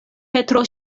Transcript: petro